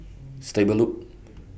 Stable Loop